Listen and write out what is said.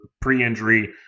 pre-injury